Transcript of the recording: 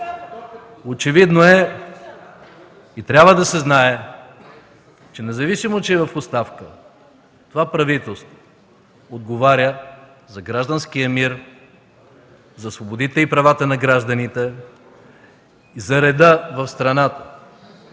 Очевидно е и трябва да се знае, че независимо от това, че е в оставка, това правителство отговаря за гражданския мир, за свободите и правата на гражданите, за реда в страната.